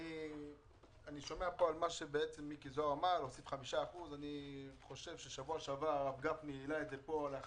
אני שומע פה על מה שבעצם מיקי זוהר אמר: להוסיף 5%. אני חושב שבשבוע שעבר הרב גפני העלה את זה פה לאחר